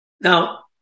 Now